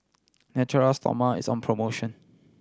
Natura Stoma is on promotion